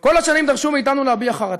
כל השנים דרשו מאתנו להביע חרטה.